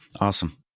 Awesome